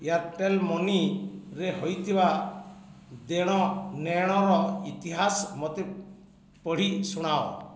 Airtel ମନିରେ ହୋଇଥିବା ଦେଣନେଣର ଇତିହାସ ମୋତେ ପଢ଼ି ଶୁଣାଅ